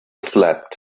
slept